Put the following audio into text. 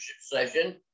session